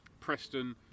Preston